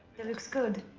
it looks good.